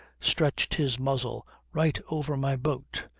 stretched his muzzle right over my boat,